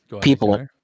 people